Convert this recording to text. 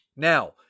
Now